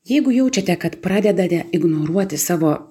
jeigu jaučiate kad pradedate ignoruoti savo